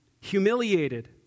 humiliated